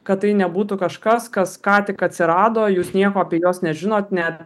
kad tai nebūtų kažkas kas ką tik atsirado jūs nieko apie juos nežinot net